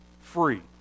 free